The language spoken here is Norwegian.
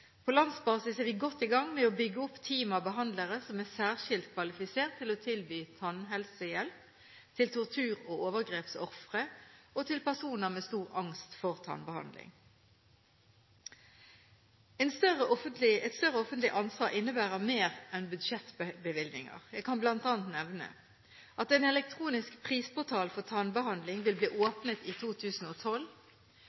På landsbasis er vi godt i gang med å bygge opp team av behandlere som er særskilt kvalifisert til å tilby tannhelsehjelp til tortur- og overgrepsofre og til personer med stor angst for tannbehandling. Et større offentlig ansvar innebærer mer enn budsjettbevilgninger. Jeg kan bl.a. nevne: En elektronisk prisportal for tannbehandling vil bli